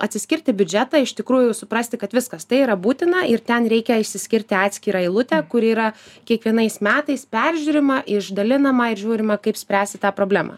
atsiskirti biudžetą iš tikrųjų suprasti kad viskas tai yra būtina ir ten reikia išskirti atskirą eilutę kuri yra kiekvienais metais peržiūrima išdalinama ir žiūrime kaip spręsti tą problemą